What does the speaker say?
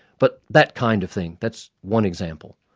but that kind of thing. that's one example.